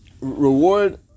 reward